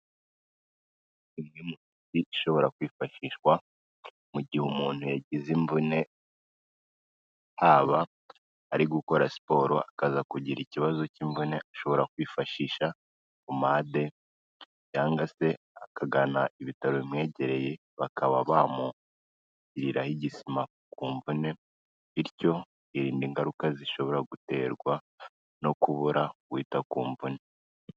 Imwe mu miti ishobora kwifashishwa mu gihe umuntu yagize imvune, haba ari gukora siporo akaza kugira ikibazo cy'imvune, ashobora kwifashisha pomade cyangwa se akagana ibitaro bimwegereye bakaba bamugiriraho igisima ku mvune, bityo yirinde ingaruka zishobora guterwa no kubura kutita ku mvune.